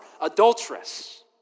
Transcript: adulteress